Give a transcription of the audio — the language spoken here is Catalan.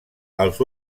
els